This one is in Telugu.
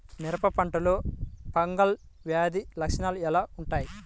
మిరప పంటలో ఫంగల్ వ్యాధి లక్షణాలు ఎలా వుంటాయి?